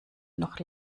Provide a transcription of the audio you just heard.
noch